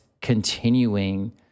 continuing